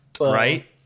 right